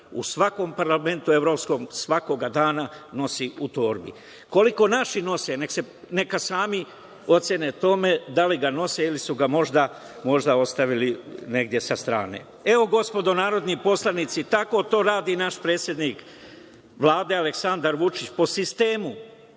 evropskom parlamentu svakog dana nosi u torbi. Koliko naši nose, neka sami ocene da li ga nose ili su ga možda ostavili negde sa strane. Evo, gospodo narodni poslanici, tako to radi naš predsednik Vlade Aleksandar Vučić po sistemu